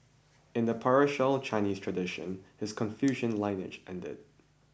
in the patriarchal Chinese tradition his Confucian lineage ended